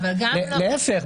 להיפך,